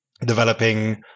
developing